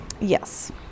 Yes